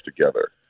together